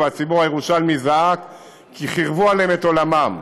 והציבור הירושלמי זעק כי חירבו עליהם את עולמם.